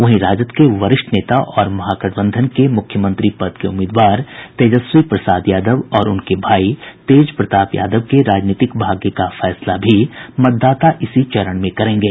वहीं राजद के वरिष्ठ नेता और महागठबंधन के मुख्यमंत्री पद के उम्मीदवार तेजस्वी प्रसाद यादव और उनके भाई तेज प्रताप यादव के राजनीतिक भाग्य का फैसला भी मतदाता इसी चरण में करेंगे